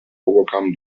overcome